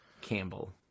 Campbell